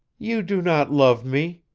you do not love me,